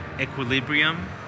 equilibrium